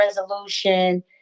resolution